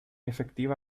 efectiva